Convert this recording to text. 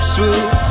Swoop